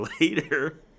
later